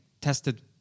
tested